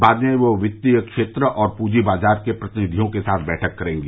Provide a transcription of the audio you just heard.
बाद में वह वित्तीय क्षेत्र और पूंजी बाजार के प्रतिनिधियों के साथ बैठक करेंगी